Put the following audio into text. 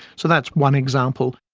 so that's one example.